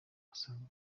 usanzwe